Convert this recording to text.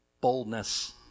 boldness